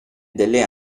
delle